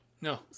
no